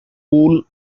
cool